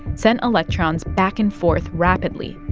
sent electrons back and forth rapidly.